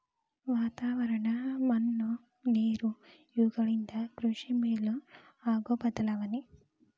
ವಾತಾವರಣ, ಮಣ್ಣು ನೇರು ಇವೆಲ್ಲವುಗಳಿಂದ ಕೃಷಿ ಮೇಲೆ ಆಗು ಬದಲಾವಣೆ